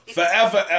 Forever